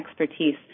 expertise